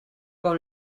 com